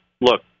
Look